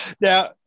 Now